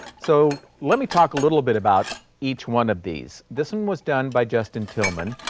so, let me talk a little bit about each one of these. this one was done by justin tillman,